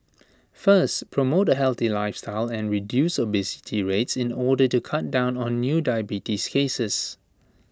first promote A healthy lifestyle and reduce obesity rates in order to cut down on new diabetes cases